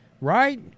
right